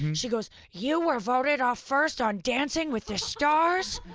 she goes, you were voted off first on dancing with the stars?